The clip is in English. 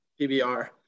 PBR